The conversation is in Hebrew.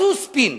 מצאו ספין.